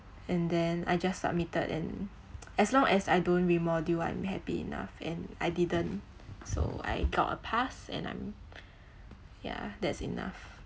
and then I just submitted and as long as I don't remodule I'm happy enough and I didn't so I got a pass and I'm yeah that's enough